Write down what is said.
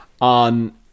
on